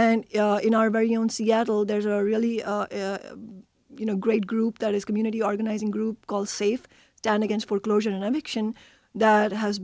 and in our very own seattle there's a really you know great group that is community organizing group called safe down against foreclosure and